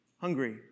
hungry